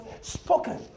spoken